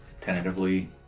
tentatively